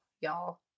y'all